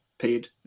paid